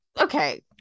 Okay